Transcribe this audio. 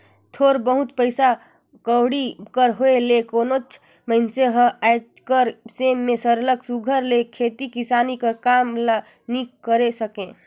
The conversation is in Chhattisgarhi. थोर बहुत पइसा कउड़ी कर होए ले कोनोच मइनसे हर आएज कर समे में सरलग सुग्घर ले खेती किसानी कर काम ल नी करे सके